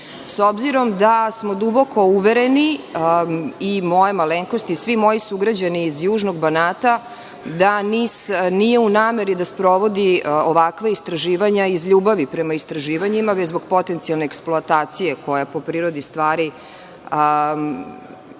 obzirom da smo duboko uvereni i moja malenkost i svi moji sugrađani iz južnog Banata da NIS nije u nameri da sprovodi ovakva istraživanja iz ljubavi prema istraživanjima, već zbog potencijalne eksploatacije, koja po prirodi stvari